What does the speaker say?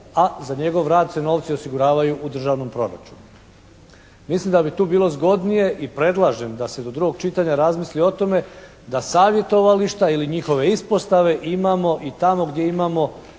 a za njegov rad se novci osiguravaju u Državnom proračunu. Mislim da bi tu bilo zgodnije i predlažem da se do drugog čitanja razmisli o tome da savjetovališta ili njihove ispostave imamo i tamo gdje imamo